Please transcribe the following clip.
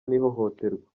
n’ihohoterwa